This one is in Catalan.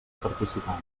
participant